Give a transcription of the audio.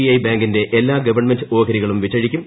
I ബാങ്കിന്റെ എല്ലാ government ഓഹരികളും വിറ്റഴിക്കും